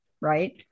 right